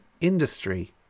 Industry